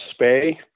spay